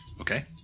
Okay